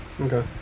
Okay